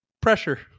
pressure